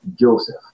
Joseph